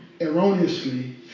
erroneously